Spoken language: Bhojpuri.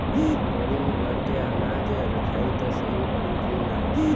बोरी में भर के अनाज रखायी त सही परी की ना?